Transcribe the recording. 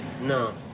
No